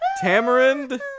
tamarind